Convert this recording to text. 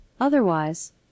Otherwise